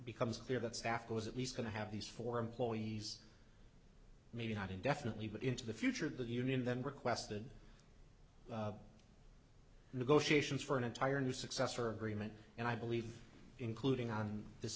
becomes clear that saf was at least going to have these four employees maybe not indefinitely but into the future the union then requested negotiations for an entire new successor agreement and i believe including on this